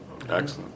Excellent